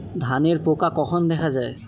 ধানের পোকা কখন দেখা দেয়?